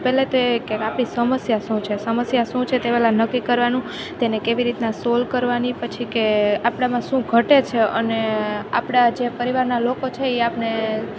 પહેલે તે એક આપણી સમસ્યા શું છે સમસ્યા શું છે તે પહેલાં નક્કી કરવાનું તેને કેવી રીતના સૉલ કરવાની પછી કે આપણામાં શું ઘટે છે અને આપણા જે પરીવારના લોકો છે એ આપણને